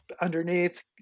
underneath